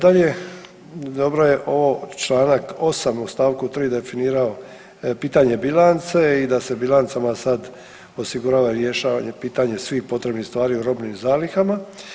Dalje, dobro je ovo Članak 8. u stavku 3. definirao pitanje bilance i da se bilancama sad osigurava i rješavanje pitanje svih potrebnih stvari u robnim zalihama.